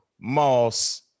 Moss